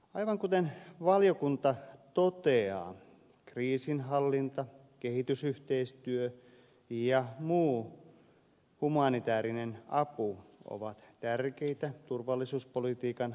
aivan kuten valiokunta toteaa kriisinhallinta kehitysyhteistyö ja muu humanitäärinen apu ovat tärkeitä turvallisuuspolitiikan lohkoja